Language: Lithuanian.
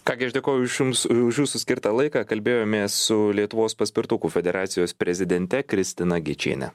ką gi aš dėkoju už jums už jūsų skirtą laiką kalbėjomės su lietuvos paspirtukų federacijos prezidente kristina gečienė